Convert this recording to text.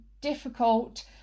difficult